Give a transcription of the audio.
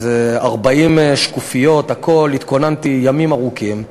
איזה 40 שקופיות והכול, והתכוננתי ימים ארוכים,